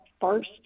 first